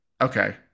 Okay